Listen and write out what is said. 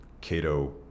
Cato